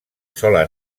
sola